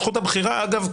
זכות הבחירה אגב,